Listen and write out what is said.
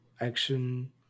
action